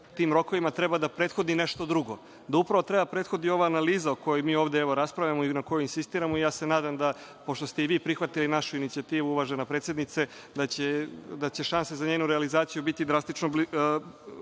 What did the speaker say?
tim rokovima treba da prethodi nešto drugo, da upravo treba da prethodi ova analiza o kojoj mi ovde raspravljamo i na kojoj insistiramo i ja se nadam da, pošto ste i vi prihvatili našu inicijativu, uvažena predsednice, da će šanse za njenu realizaciju biti drastično